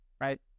right